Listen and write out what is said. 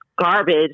garbage